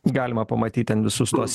galima pamatyt ten visus tuos